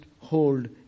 hold